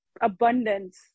abundance